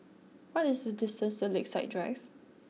what is the distance to Lakeside Drive